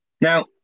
Now